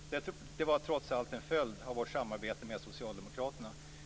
Det var trots allt en följd av vårt samarbete med Socialdemokraterna.